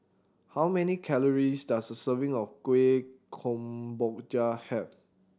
how many calories does a serving of Kueh Kemboja have